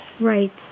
Right